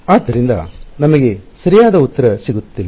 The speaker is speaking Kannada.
ಆದ್ದರಿಂದ ನಮಗೆ ಸರಿಯಾದ ಉತ್ತರ ಸಿಗುವುದಿಲ್ಲ